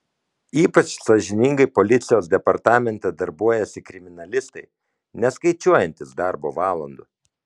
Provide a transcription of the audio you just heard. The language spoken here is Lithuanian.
ypač sąžiningai policijos departamente darbuojasi kriminalistai neskaičiuojantys darbo valandų